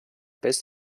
best